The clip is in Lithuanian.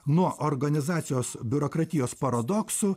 nuo organizacijos biurokratijos paradoksų